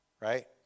Right